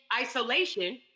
isolation